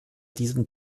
diesem